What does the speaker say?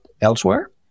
elsewhere